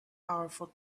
powerful